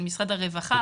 של משרד הרווחה,